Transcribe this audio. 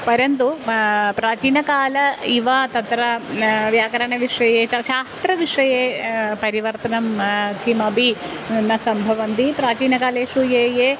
परन्तु प्राचीनकाल इव तत्र व्याकरणविषये च शास्त्रविषये परिवर्तनं किमपि न सम्भवन्ति प्राचीनकालेषु ये ये